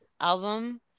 album